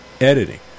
editing